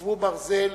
קבצו ברזל,